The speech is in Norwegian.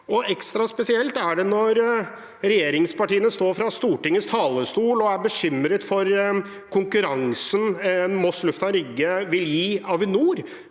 Ekstra spesielt er det når regjeringspartiene står på Stortingets talerstol og er bekymret for konkurransen Moss lufthavn, Rygge vil gi Avinor,